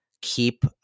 keep